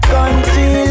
Country